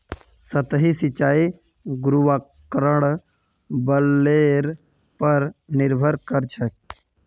सतही सिंचाई गुरुत्वाकर्षण बलेर पर निर्भर करछेक